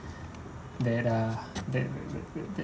that ah that that that that that